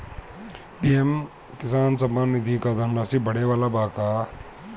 PM किसान सम्मान निधि क धनराशि बढ़े वाला बा का?